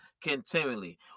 continually